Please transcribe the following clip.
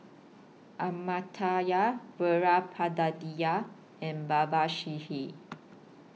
Amartya and